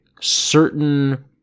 certain